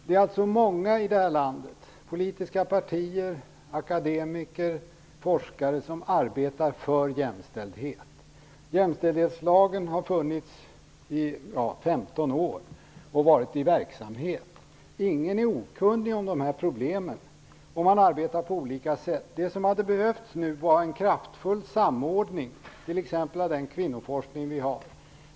Det är många här i landet - politiska partier, akademiker, forskare - som arbetar för jämställdhet. Jämställdhetslagen har funnits och varit i kraft i 15 år. Ingen är okunnig om de här problemen, och man arbetar på olika sätt. Det som nu hade behövts var en kraftfull samordning, t.ex. av den kvinnoforskning vi har.